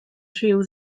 rhyw